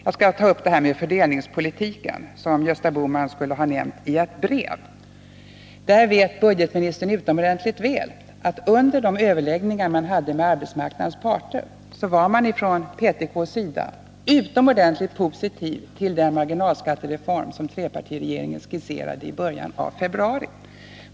Jag skall ta upp det här med fördelningspolitiken, som Gösta Bohman skulle ha nämnt i ett brev. Budgetministern vet mycket väl att under de överläggningar som ägde rum med arbetsmarknadens parter var man från PTK:s sida utomordentligt positiv till den marginalskattereform som trepartiregeringen skisserade i början av februari.